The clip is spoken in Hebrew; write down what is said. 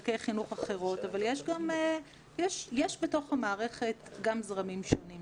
מכאן אשמח בבקשה להיכנס לעזרה שאנחנו באים להציע היום,